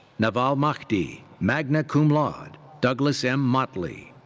navaal mahdi, magna cum laude. douglas m. mottley.